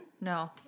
No